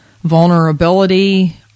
vulnerability